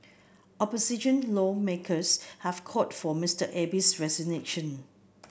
opposition lawmakers have called for Mister Abe's resignation